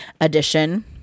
edition